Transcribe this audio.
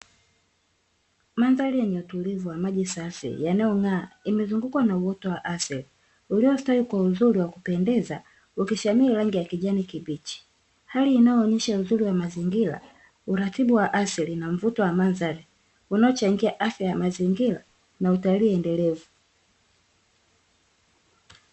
Mandhari yenye utulivu wa maji safi yanayong'aa imezungukwa na uoto wa asili uliostawi kwa uzuri wa kupendeza. Ukishamiri rangi ya kijani kibichi, hali inayoonyesha uzuri wa mazingira uratibu wa asili na mvuto wa mandhari unaochangia afya ya mazingira na utalii endelevu.